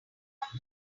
happen